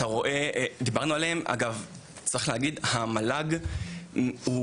דיברנו עליהם וצריך להגיד שהמועצה להשכלה